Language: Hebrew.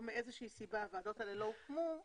מאיזו שהיא סיבה הוועדות האלה לא הוקמו,